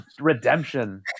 Redemption